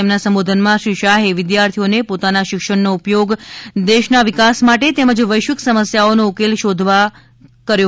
તેમના સંબોધનમાં શ્રી શાહે વિદ્યાર્થીઓને પોતાના શિક્ષણનો ઉપયોગ દેશના વિકાસ માટે તેમજ વૈશ્વિક સમસ્યાઓનો ઉકેલ શોધવા અનુરોધ કર્યો